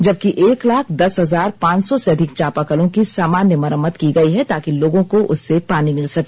जबकि एक लाख दस हजार पांच सौ से अधिक चापाकलों की सामान्य मरम्मत की गई है ताकि लोगों को उससे पानी मिल सके